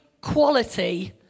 quality